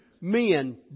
men